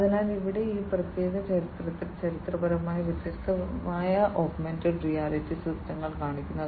അതിനാൽ ഇവിടെ ഈ പ്രത്യേക ചിത്രത്തിൽ ചിത്രപരമായി വ്യത്യസ്ത ഓഗ്മെന്റഡ് റിയാലിറ്റി സിസ്റ്റങ്ങൾ കാണിക്കുന്നു